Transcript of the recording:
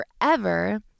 forever